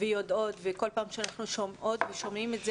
ויודעים וכל פעם כשאנחנו שומעות ושומעים את זה,